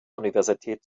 universität